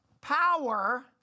power